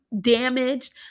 damaged